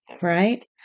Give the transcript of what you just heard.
right